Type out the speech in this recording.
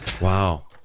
Wow